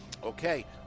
Okay